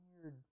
weird